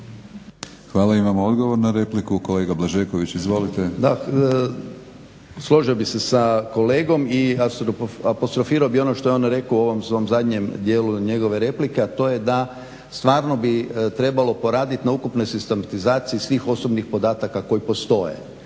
Hvala. Imamo odgovor na repliku, kolega Blaženović izvolite. **Blažeković, Boris (HNS)** Da, složio bih se sa kolegom i apostrofirao bih ono što je on rekao u ovom svom zadnjem dijelu njegove replike, a to je da stvarno bi trebalo poraditi na ukupnoj sistematizaciji svih osobnih podataka koji postoje.